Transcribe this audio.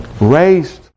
Raised